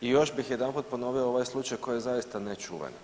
I još bih jedanput ponovio ovaj slučaj koji je zaista nečuven.